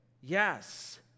Yes